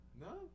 No